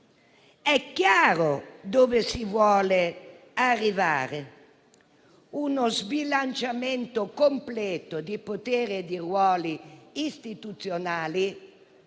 è chiaro dove si vuole arrivare: uno sbilanciamento completo di potere e di ruoli istituzionali,